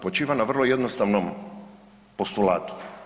Počiva na vrlo jednostavnom postulatu.